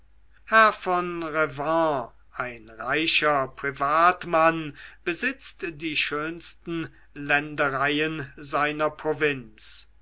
von revanne ein reicher privatmann besitzt die schönsten ländereien seiner provinz